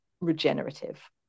regenerative